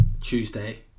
Tuesday